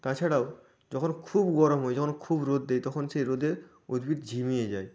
তাছাড়াও যখন খুব গরম হয় যখন খুব রোদ দেয় তখন সেই রোদে উদ্ভিদ ঝিমিয়ে যায়